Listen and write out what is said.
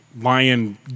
lion